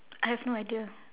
I have no idea